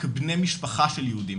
כבני משפחה של יהודים,